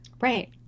right